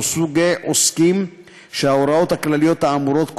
סוגי עוסקים שההוראות הכלליות האמורות,